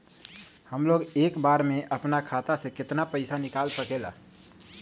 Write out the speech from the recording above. हमलोग एक बार में अपना खाता से केतना पैसा निकाल सकेला?